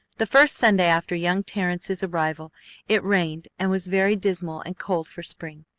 the first sunday after young terrence's arrival it rained and was very dismal and cold for spring.